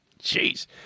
Jeez